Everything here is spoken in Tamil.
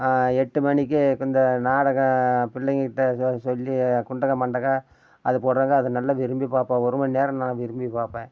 எட்டு மணிக்கு இப்போ இந்த நாடகம் பிள்ளைங்க கிட்டே ஏதாவது சொல்லி குண்டக்க மண்டக்க அது போடுவாங்க அது நல்லா விரும்பி பார்ப்பேன் ஒரு மணி நேரம் நான் விரும்பி பார்ப்பேன்